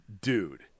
dude